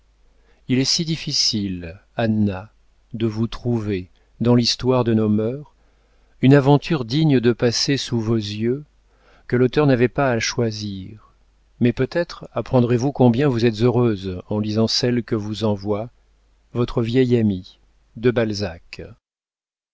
il est si difficile anna de vous trouver dans l'histoire de nos mœurs une aventure digne de passer sous vos yeux que l'auteur n'avait pas à choisir mais peut-être apprendrez vous combien vous êtes heureuse en lisant celle que vous envoie votre vieil ami de balzac